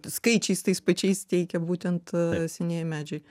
skaičiais tais pačiais teikia būtent senieji medžiai